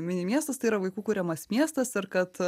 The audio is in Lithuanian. mini miestas tai yra vaikų kuriamas miestas ar kad